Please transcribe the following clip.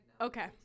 okay